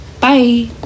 Bye